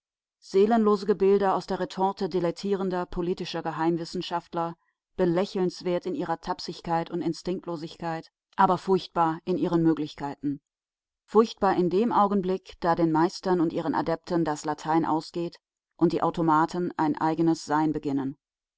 seelenlose gebilde aus der retorte dilettierender politischer geheimwissenschaftler belächelnswert in ihrer tapsigkeit und instinktlosigkeit aber furchtbar in ihren möglichkeiten furchtbar in dem augenblick da den meistern und ihren adepten das latein ausgeht und die automaten ein eigenes sein beginnen